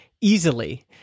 easily